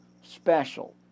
special